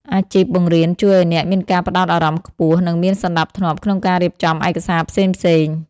អាជីពបង្រៀនជួយឱ្យអ្នកមានការផ្ដោតអារម្មណ៍ខ្ពស់ និងមានសណ្ដាប់ធ្នាប់ក្នុងការរៀបចំឯកសារផ្សេងៗ។